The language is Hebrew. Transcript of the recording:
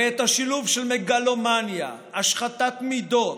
הרי את השילוב של מגלומניה, השחתת מידות,